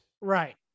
Right